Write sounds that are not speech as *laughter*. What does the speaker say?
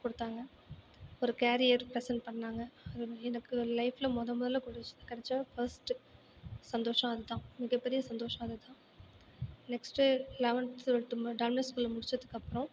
கொடுத்தாங்க ஒரு career present பண்ணாங்க அது *unintelligible* எனக்கு லைஃப்பில் மொதல் மொதலில் *unintelligible* கிடச்ச ஃபஸ்ட்டு சந்தோஷம் அது தான் மிகப் பெரிய சந்தோஷம் அது தான் நெக்ஸ்ட்டு லெவன்த்து டுவெல்த்து டால்மியா ஸ்கூலில் முடித்ததுக்கு அப்புறம்